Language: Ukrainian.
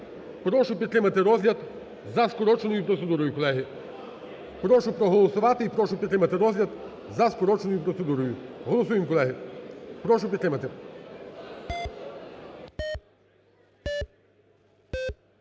Прошу підтримати розгляд за скороченою процедурою, колеги. Прошу проголосувати і прошу підтримати розгляд за скороченою процедурою, голосуємо, колеги, прошу підтримати.